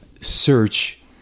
search